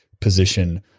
position